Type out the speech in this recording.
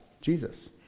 Jesus